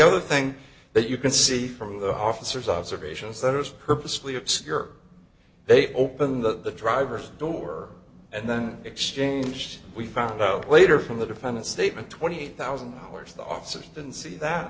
other thing that you can see from the hoffa cers observations that it was purposely obscure they opened the driver's door and then exchanged we found out later from the defendant statement twenty thousand dollars the officer than see that